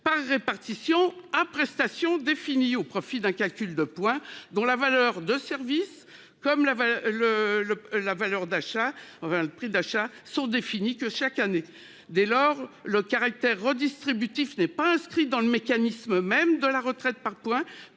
par répartition à prestations définies, au profit d'un calcul de points dont la valeur de service comme le prix d'achat ne sont définis qu'annuellement. Dès lors, le caractère redistributif n'est pas inscrit dans le mécanisme même de la retraite par points,